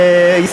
הכנסת,